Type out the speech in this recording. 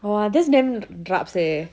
!wah! that's damn rabz eh